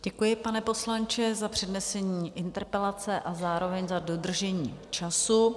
Děkuju, pane poslanče, za přednesení interpelace a zároveň za dodržení času.